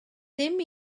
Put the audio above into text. dim